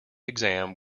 exam